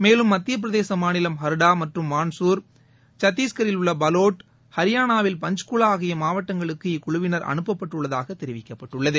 மேலும் மத்தியப்பிரதேச மாநிலம் ஹர்டா மற்றும் மான்ட்சூர் சத்தீஸ்கரில் உள்ள பலோட் ஹரியானாவில் பஞ்ச்குவா ஆகிய மாவட்டங்களுக்கு இக்குழுவினர் அனுப்பப்பட்டுள்ளதாக தெரிவிக்கப்பட்டுள்ளது